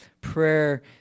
prayer